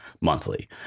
monthly